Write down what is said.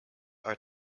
are